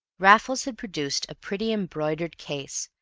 raffles had produced a pretty embroidered case,